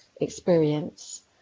experience